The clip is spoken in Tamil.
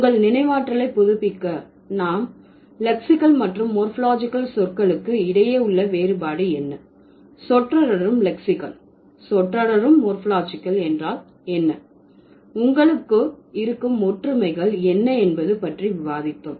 உங்கள் நினைவாற்றலை புதுப்பிக்க நாம் லெக்சிகல் மற்றும் மோர்பாலஜிகல் சொற்களுக்கு இடையே உள்ள வேறுபாடு என்ன சொற்றொடரும் லெக்சிகல் சொற்றொடரும் மோர்பாலஜிகல் என்றால் என்ன உங்களுக்கு இருக்கும் ஒற்றுமைகள் என்ன என்பது பற்றி விவாதித்தோம்